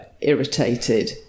irritated